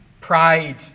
Pride